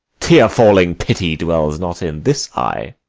tear-falling pity dwells not in this eye.